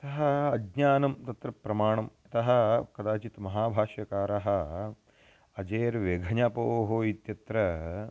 अतः अज्ञानं तत्र प्रमाणम् अतः कदाचित् महाभाष्यकारः अजेर् व्यघञपोः इत्यत्र